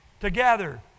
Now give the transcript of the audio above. Together